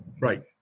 right